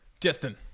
Justin